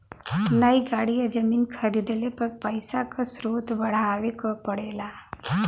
नई गाड़ी या जमीन खरीदले पर पइसा क स्रोत बतावे क पड़ेला